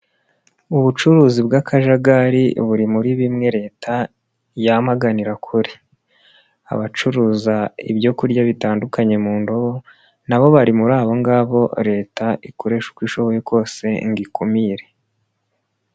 Ubucuruzi bw'akajagari buri muri bimwe Leta yamaganira kure. Abacuruza ibyo kurya bitandukanye mu ndobo na bo bari muri abo ngabo Leta ikoreshe uko ishoboye kose ngo ikumire.